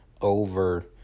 over